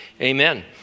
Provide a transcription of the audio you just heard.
amen